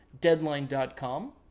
Deadline.com